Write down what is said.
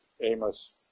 Amos